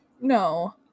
no